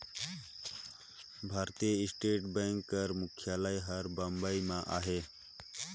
भारतीय state bank कर मुख्यालय हर बंबई में अहे